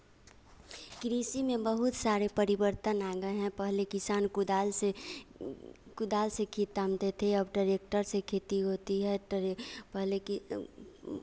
कृषि में बहुत सारे परिवर्तन आ गए हैं पहले किसान कुदाल से कुदाल से खेत तामते थे अब टरेक्टर से खेती होती है टरे पहले कि